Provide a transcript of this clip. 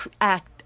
act